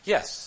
Yes